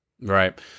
Right